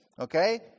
okay